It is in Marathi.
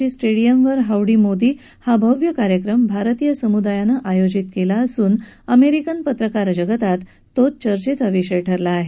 जी स्टर्खियमवर होडी मोदी हा भव्य कार्यक्रम भारतीय समुदायानं आयोजित केला असून अमेरिकन पत्रकार जगतात तो चर्चेचा विषय बनला आहे